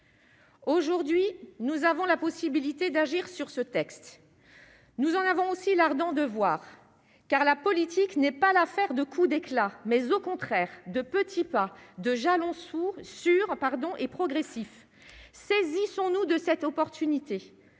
aujourd'hui, nous avons la possibilité d'agir sur ce texte, nous en avons aussi l'ardent devoir car la politique n'est pas l'affaire de coup d'éclat, mais au contraire de petits pas de jalons sur pardon et progressif, saisissons-nous de cette opportunité